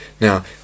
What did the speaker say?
Now